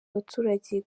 abaturage